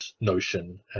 notion